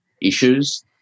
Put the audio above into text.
issues